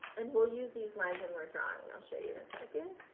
and we'll use these lines when we're drawing and i'll show you in a second.